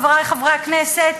חברי חברי הכנסת,